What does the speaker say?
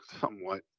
Somewhat